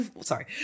sorry